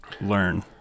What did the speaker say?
learn